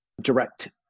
direct